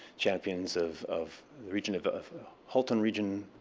champions of of region of of halton region.